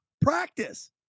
practice